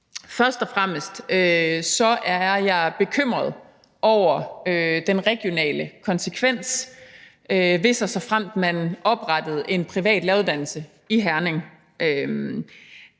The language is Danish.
Først og fremmest er jeg bekymret for den regionale konsekvens, hvis og såfremt man oprettede en privat læreruddannelse i Herning.